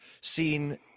seen